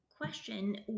question